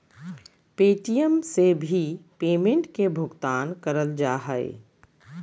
Paytm से भी payment के भुगतान करल जा हय